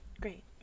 great